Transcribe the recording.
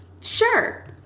Sure